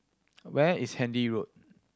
where is Handy Road